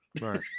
Right